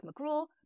McGraw